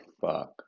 fuck